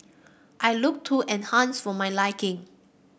I looked too enhanced for my liking